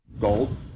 gold